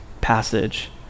passage